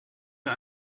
wir